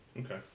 Okay